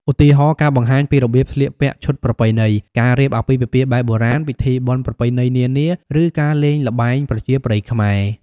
ឧទាហរណ៍ ការបង្ហាញពីរបៀបស្លៀកពាក់ឈុតប្រពៃណី ការរៀបអាពាហ៍ពិពាហ៍បែបបុរាណ ពិធីបុណ្យប្រពៃណីនានា ឬការលេងល្បែងប្រជាប្រិយខ្មែរ។